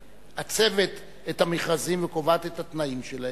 כמעצבת את המכרזים וקובעת את התנאים שלהם,